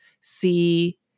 see